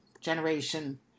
Generation